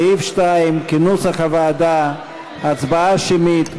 סעיף 2, כנוסח הוועדה, הצבעה שמית.